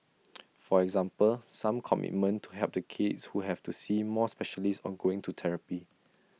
for example some commitment to help the kids who have to see more specialists or going to therapy